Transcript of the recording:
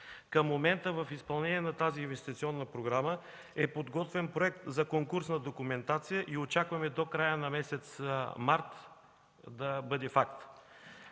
Към момента в изпълнение на тази инвестиционна програма е подготвен проект за конкурсна документация и очакваме до края на месец март да бъде факт.